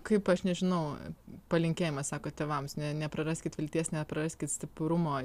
kaip aš nežinau palinkėjimas sako tėvams ne nepraraskit vilties nepraraskit stiprumo